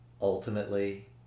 ultimately